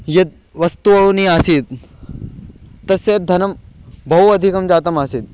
यत् वस्तूनि आसीत् तस्य धनं बहु अधिकं जातम् आसीत्